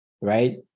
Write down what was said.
Right